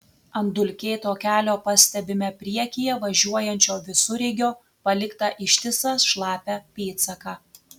ant dulkėto kelio pastebime priekyje važiuojančio visureigio paliktą ištisą šlapią pėdsaką